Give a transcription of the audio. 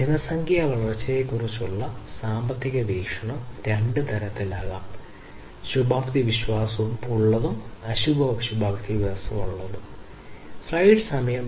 ജനസംഖ്യാ വളർച്ചയെക്കുറിച്ചുള്ള സാമ്പത്തിക വീക്ഷണം രണ്ട് തരത്തിലാകാം അശുഭാപ്തിവിശ്വാസം ശുഭാപ്തിവിശ്വാസം